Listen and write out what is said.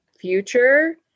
future